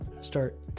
start